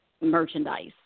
merchandise